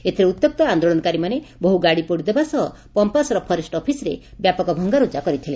ଏଥିରେ ଉଉ୍ତ୍ୟକ୍ତ ଆନ୍ଦୋଳନକାରୀମାନେ ବହୁ ଗାଡି ପୋଡି ଦେବା ସହ ପପ୍ପାସର ଫରେଷ ଅଫିସରେ ବ୍ୟାପକ ଭଙ୍ଗାରୁଜା କରିଥିଲେ